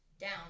down